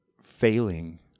failing